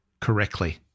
correctly